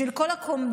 בשביל כל הקומבינות